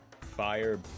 Fire